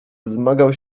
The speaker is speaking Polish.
wzmagał